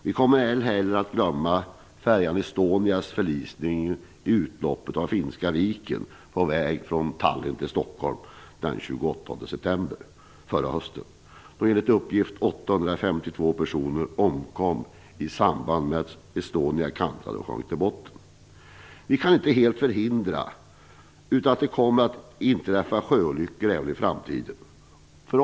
Vi kommer ej heller att glömma färjan Estonias förlisning i utloppet av Finska viken på väg från Tallinn till Vi kan inte helt förhindra att det kommer att inträffa sjöolyckor även i framtiden.